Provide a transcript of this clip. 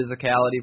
physicality